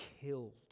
killed